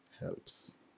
helps